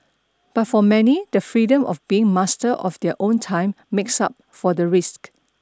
but for many the freedom of being master of their own time makes up for the risks